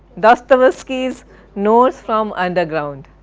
dostoyevsky's notes from underground.